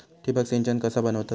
ठिबक सिंचन कसा बनवतत?